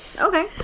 Okay